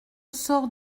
sort